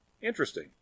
interesting